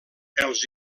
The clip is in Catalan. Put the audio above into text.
els